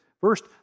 First